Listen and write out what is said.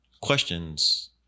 questions